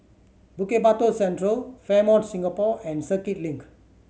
Bukit Batok Central Fairmont Singapore and Circuit Link